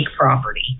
property